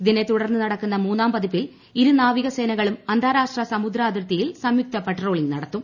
ഇതിനെ തുടർന്ന് നടക്കുന്ന മൂന്നാം പതിപ്പിൽ ഇരു നാവികസേന കളും അന്താരാഷ്ട്ര സമുദ്രാതിർത്തിയിൽ ് സംയുക്ത പട്രോളിംഗ് നടത്തും